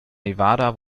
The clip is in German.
nevada